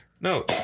No